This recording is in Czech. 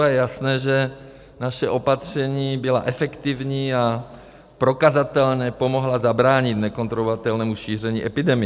A je jasné, že naše opatření byla efektivní a prokazatelně pomohla zabránit nekontrolovatelnému šíření epidemie.